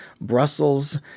Brussels